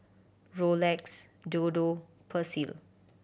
Rolex Dodo Persil